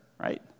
right